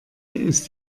ist